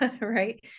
right